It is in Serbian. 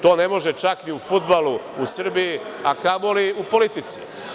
To ne može čak ni u fudbalu u Srbiji, a kamoli u politici.